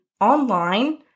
online